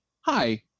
hi